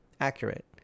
accurate